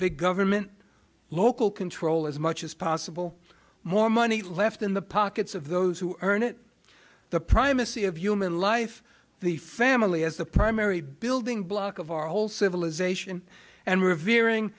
big government local control as much as possible more money left in the pockets of those who earn it the primacy of human life the family as the primary building block of our whole civilization and revering